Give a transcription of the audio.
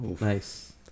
Nice